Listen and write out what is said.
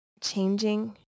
changing